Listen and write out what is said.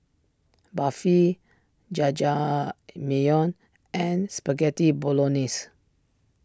Barfi Jajangmyeon and Spaghetti Bolognese